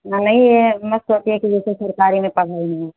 नहीं यह मत सोचिए कि जैसे सरकारी में पढ़ाई नहीं है